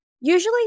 Usually